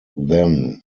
then